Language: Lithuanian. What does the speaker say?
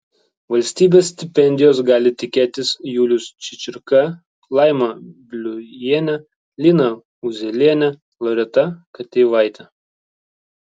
valstybės stipendijos gali tikėtis julius čičirka laima bliujienė lina uzielienė loreta kateivaitė